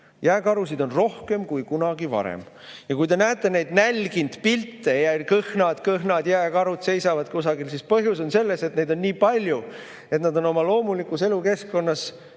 jääkarusid on rohkem kui kunagi varem. Ja kui te näete neid nälginud jääkarude pilte, kõhnad jääkarud seisavad kusagil, siis põhjus on selles, et neid on nii palju, et nad on oma loomulikus elukeskkonnas